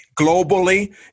Globally